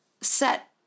set